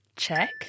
check